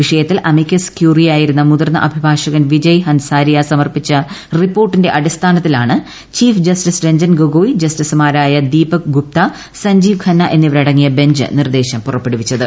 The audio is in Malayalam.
വിഷയത്തിൽ അമിക്കസ് ക്യൂറിയായിരുന്ന മുതിർന്ന അഭിഭാഷകൻ വിജയ് ഹൻസാരിയ സമർപ്പിച്ച റിപ്പോർട്ടിന്റെ അടിസ്ഥാനത്തിലാണ് ചീഫ് ജസ്റ്റിസ് രഞജൻ ഗൊഗോയ് ജസ്റ്റിസുമാരായ ദീപക് ഗുപ്ത സഞ്ജീവ് ഖന്ന എന്നിവരടങ്ങിയ ബഞ്ച് നിർദ്ദേശം പുറപ്പെടുവിച്ചത്